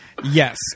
Yes